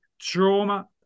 trauma